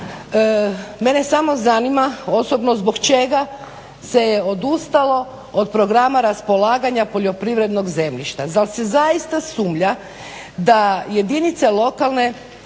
Mene samo zanima osobno zbog čega se je odustalo od programa raspolaganja poljoprivrednog zemljišta. zar se zaista sumnja da jedinice lokalne